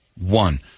one